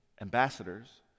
ambassadors